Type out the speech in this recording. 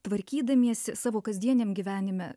tvarkydamiesi savo kasdieniam gyvenime